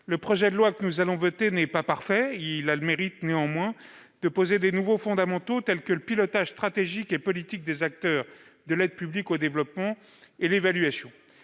Le projet de loi que nous allons voter n'est pas parfait, mais il a le mérite de poser de nouveaux éléments fondamentaux, tels que le pilotage stratégique et politique des acteurs de l'aide publique au développement. Notre